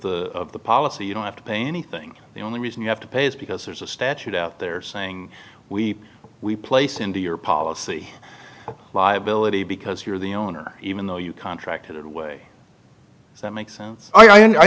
the policy you don't have to pay anything the only reason you have to pay is because there's a statute out there saying we we place into your policy liability because you're the owner even though you contracted a way that makes sense i